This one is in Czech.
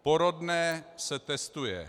Porodné se testuje.